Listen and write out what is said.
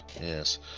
Yes